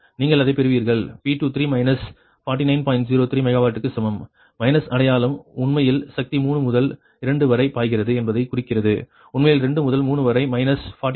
03 மெகாவாட்டுக்குச் சமம் மைனஸ் அடையாளம் உண்மையில் சக்தி 3 முதல் 2 வரை பாய்கிறது என்பதைக் குறிக்கிறது உண்மையில் 2 முதல் 3 வரை மைனஸ் 49